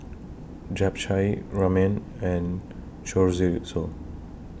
Japchae Ramen and Chorizo